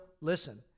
listen